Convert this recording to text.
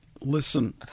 Listen